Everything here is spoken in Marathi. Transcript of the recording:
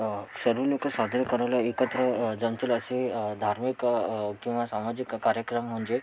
सर्व लोक साजरे करायला एकत्र जमतील असे धार्मिक किंवा सामाजिक कार्यक्रम म्हणजे